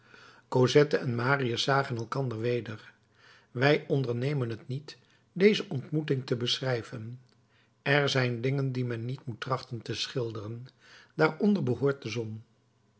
cosette en marius zagen elkander weder wij ondernemen het niet deze ontmoeting te beschrijven er zijn dingen die men niet moet trachten te schilderen daaronder behoort de zon